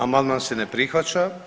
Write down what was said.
Amandman se ne prihvaća.